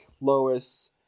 Lois